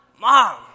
mom